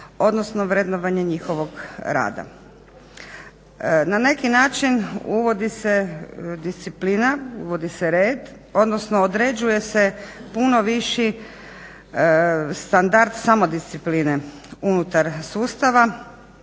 odnosno vrednovanje njihovog rada. Na neki način uvodi se disciplina, uvodi se red, odnosno određuje se puno viši standard samodiscipline unutar sustava